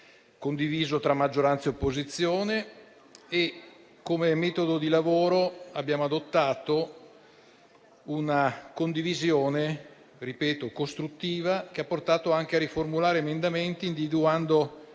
condiviso tra maggioranza e opposizione. Come metodo di lavoro, abbiamo adottato una condivisione, che, lo ripeto, è stata costruttiva, che ha portato anche a riformulare emendamenti, individuando